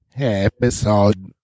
episode